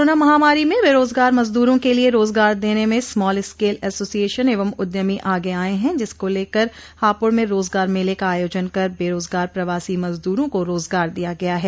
corona महामारी में बेरोजगार मजदूरों के लिए रोजगार देने में स्मॉल स्केल एसोसिएशन एवं उद्यमी आगे आए हैं जिसको लेकर हापुड़ में रोजगार मेले का आयोजन कर बेरोजगार प्रवासो मजद्रों को रोजगार दिया गया है